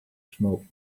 smoke